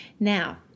Now